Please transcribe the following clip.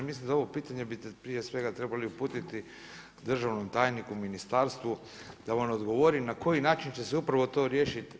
Mislim da ovo pitanje bi prije svega trebali uputiti državnom tajniku u ministarstvu da vam odgovori na koji način će se upravo to riješiti.